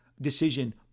decision